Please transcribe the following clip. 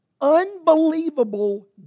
unbelievable